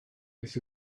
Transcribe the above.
beth